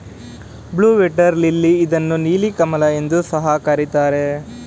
blue water lily ಇದನ್ನು ನೀಲಿ ಕಮಲ ಎಂದು ಸಹ ಕರಿತಾರೆ